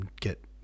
get